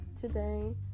today